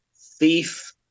thief